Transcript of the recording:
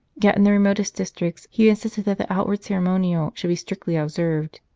yet in the remotest districts he insisted that the outward ceremonial should be strictly observed.